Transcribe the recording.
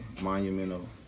monumental